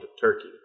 turkey